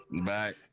Bye